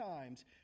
times